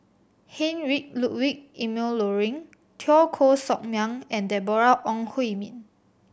Heinrich Ludwig Emil Luering Teo Koh Sock Miang and Deborah Ong Hui Min